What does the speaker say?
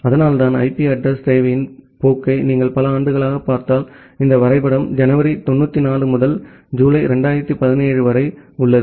அதனால்தான் IP addressing தேவையின் போக்கை நீங்கள் பல ஆண்டுகளாகப் பார்த்தால் இந்த வரைபடம் ஜனவரி 94 முதல் ஜூலை 2017 வரை உள்ளது